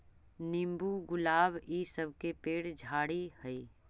नींबू, गुलाब इ सब के पेड़ झाड़ि हई